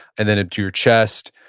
and then into your chest.